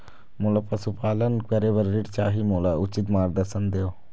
मोला पशुपालन करे बर ऋण चाही, मोला उचित मार्गदर्शन देव?